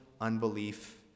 unbelief